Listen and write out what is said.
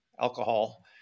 alcohol